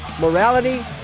morality